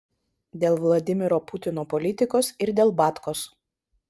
dėl vladimiro putino politikos ir dėl batkos